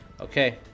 Okay